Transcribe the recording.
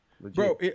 bro